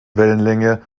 wellenlänge